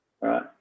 right